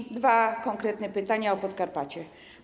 I dwa konkretne pytania o Podkarpacie.